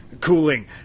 cooling